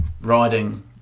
riding